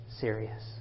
serious